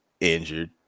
injured